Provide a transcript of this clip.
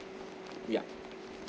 yup